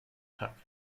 tough